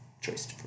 choice